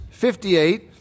58